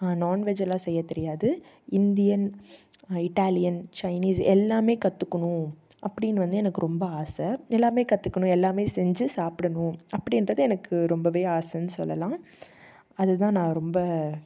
நான்வெஜ்லாம் செய்ய தெரியாது Indian Italian Chinese எல்லாமே கற்றுக்குணும் அப்படின்னு வந்து எனக்கு ரொம்ப ஆசை எல்லாமே கற்றுக்கணும் எல்லாமே செஞ்சு சாப்பிடணும் அப்படின்றது எனக்கு ரொம்பவே ஆசைன்னு சொல்லலாம் அது தான் நான் ரொம்ப